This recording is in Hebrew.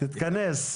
תתכנס.